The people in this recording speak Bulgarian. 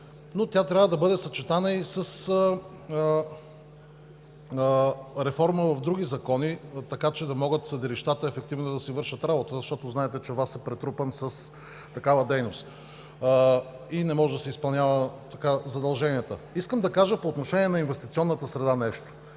но тя трябва да бъде съчетана и с реформа в други закони, така че да могат съдилищата ефективно да си вършат работата, защото знаете, че ВАС е претрупан с такава дейност и не може да си изпълнява задълженията. Искам да кажа нещо по отношение на инвестиционната среда.